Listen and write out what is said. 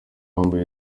uwambaye